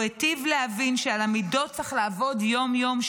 הוא היטיב להבין שעל המידות צריך לעבוד יום-יום,